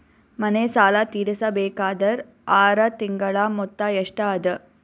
ಮನೆ ಸಾಲ ತೀರಸಬೇಕಾದರ್ ಆರ ತಿಂಗಳ ಮೊತ್ತ ಎಷ್ಟ ಅದ?